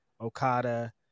Okada